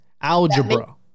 algebra